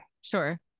Sure